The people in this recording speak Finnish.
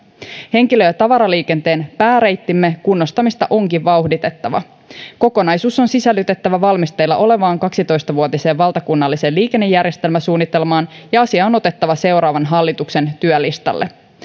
henkilö ja tavaraliikenteen pääreittimme kunnostamista onkin vauhditettava kokonaisuus on sisällytettävä valmisteilla olevaan kaksitoista vuotiseen valtakunnalliseen liikennejärjestelmäsuunnitelmaan ja asia on otettava seuraavan hallituksen työlistalle